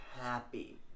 happy